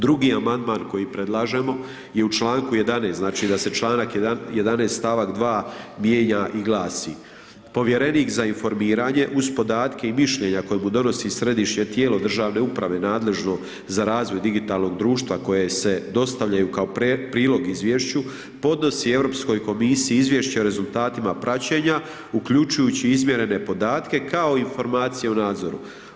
Drugi amandman koji predlažemo, je u članku 11. znači da se članak 11. stavak 2 mijenja i glasi, povjerenik za informiranje, uz podatke i mišljenja koje mu donosi središnje tijelo državne uprave, nadležno za razvoj digitalnog društva koje se dostavljaju kao prilog izvješću, podnosi Europskoj komisiji izvješće o rezultatima praćenja uključujući i izmjerene podatke, kao i informacije u nadzoru.